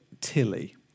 Tilly